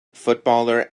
footballer